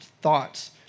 thoughts